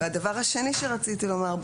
הדבר השני שרציתי לומר,